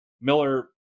Miller